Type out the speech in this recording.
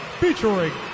featuring